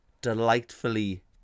delightfully